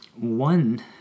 One